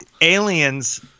Aliens